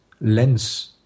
lens